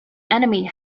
enemy